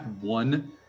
one